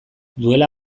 duela